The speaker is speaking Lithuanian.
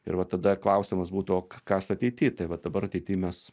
ir va tada klausimas būtų o kas ateity tai va dabar ateity mes